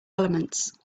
elements